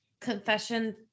confession